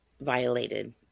violated